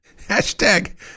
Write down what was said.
Hashtag